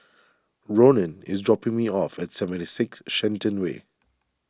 Ronan is dropping me off at seventy six Shenton Way